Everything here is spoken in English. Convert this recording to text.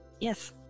Yes